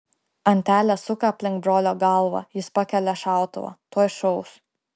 antelė suka aplink brolio galvą jis pakelia šautuvą tuoj šaus